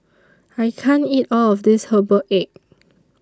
I can't eat All of This Herbal Egg